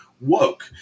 woke